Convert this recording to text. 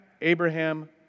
Abraham